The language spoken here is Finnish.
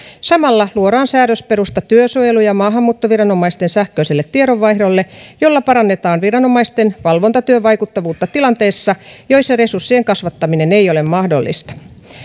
samalla luodaan säädösperusta työsuojelu ja maahanmuuttoviranomaisten sähköiselle tiedonvaihdolle jolla parannetaan viranomaisten valvontatyön vaikuttavuutta tilanteissa joissa resurssien kasvattaminen ei ole mahdollista